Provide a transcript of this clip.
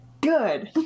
Good